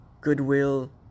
goodwill